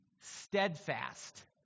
steadfast